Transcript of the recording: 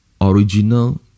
Original